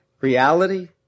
reality